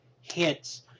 hits